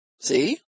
See